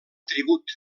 tribut